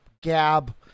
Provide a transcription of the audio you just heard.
Gab